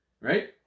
Right